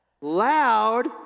Loud